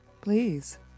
Please